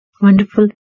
Wonderful